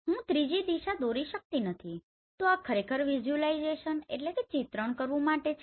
હું ત્રીજી દિશા દોરી શકતો નથી તો આ ખરેખર વિઝ્યુલાઇઝેશનvisulaisationચિત્રણ કરવું માટે છે